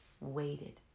waited